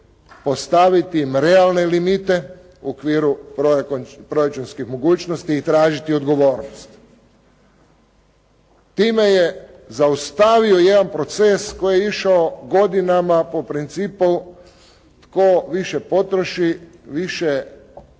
ostaviti im realne limite u okviru proračunskih mogućnosti i tražiti odgovornost. Time je zaustavio jedan proces koji je išao godinama po principu tko više potroši, više galami,